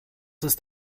ist